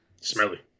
Smelly